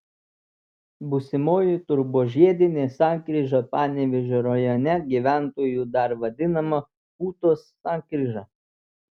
būsimoji turbožiedinė sankryža panevėžio rajone gyventojų dar vadinama ūtos sankryža